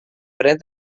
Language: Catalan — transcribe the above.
fred